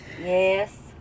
Yes